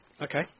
Okay